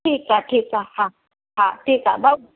ठीकु आहे ठीकु आहे हा ठीकु आहे भाऊ